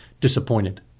disappointed